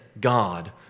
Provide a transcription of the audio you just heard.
God